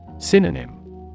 Synonym